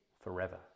forever